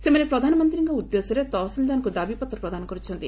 ସେମାନେ ପ୍ରଧାନମନ୍ତୀଙ୍କ ଉଦ୍ଦେଶ୍ୟରେ ତହସିଲଦାରଙ୍କୁ ଦାବିପତ୍ର ପ୍ରଦାନ କରିଛନ୍ତି